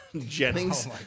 Jennings